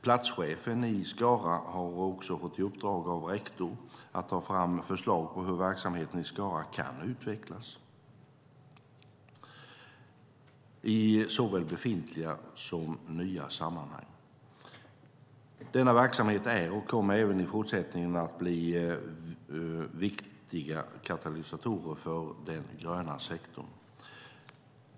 Platschefen i Skara har också fått i uppdrag av rektor att ta fram förslag på hur verksamheten i Skara kan utvecklas, såväl i befintliga som i nya sammanhang. Denna verksamhet är och kommer även i fortsättningen att bli viktiga katalysatorer för den gröna sektorn.